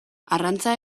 arrantza